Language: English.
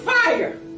Fire